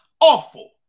awful